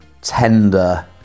tender